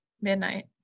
midnight